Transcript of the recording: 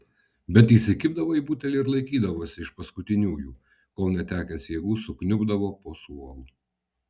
bet įsikibdavo į butelį ir laikydavosi iš paskutiniųjų kol netekęs jėgų sukniubdavo po suolu